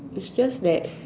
it's just that